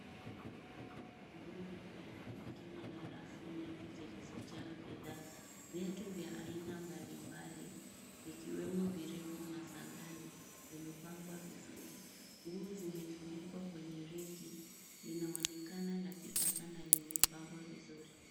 Nguo na viatu likiwa na rafu nyingi zilizojaa bidhaa. Viatu vya aina mbali mbali vikiwemo virefu na sandali, vimepangwa vizuri. Nguo zimetundikwa kwenye reki, linaonekana la kisasa na limepambwa vizuri.